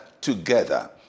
together